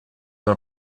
ans